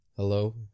Hello